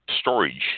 storage